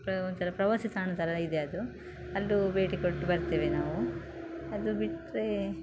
ಪ್ರ ಒಂಥರ ಪ್ರವಾಸಿ ತಾಣದ ಥರ ಇದೆ ಅದು ಅಲ್ಲೂ ಭೇಟಿ ಕೊಟ್ಟು ಬರ್ತೇವೆ ನಾವು ಅದು ಬಿಟ್ಟರೆ